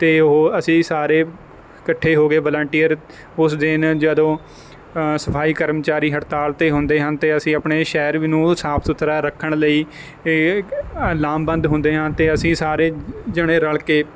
ਅਤੇ ਉਹ ਅਸੀਂ ਸਾਰੇ ਇਕੱਠੇ ਹੋ ਗਏ ਵਲੰਟੀਅਰ ਉਸ ਦਿਨ ਜਦੋਂ ਸਫਾਈ ਕਰਮਚਾਰੀ ਹੜਤਾਲ 'ਤੇ ਹੁੰਦੇ ਹਨ ਅਤੇ ਅਸੀਂ ਆਪਣੇ ਸ਼ਹਿਰ ਵੀ ਨੂੰ ਸਾਫ਼ ਸੁਥਰਾ ਰੱਖਣ ਲਈ ਏ ਇੱਕ ਲਾਮਬੰਦ ਹੁੰਦੇ ਹਨ ਅਤੇ ਅਸੀਂ ਸਾਰੇ ਜਣੇ ਰਲ ਕੇ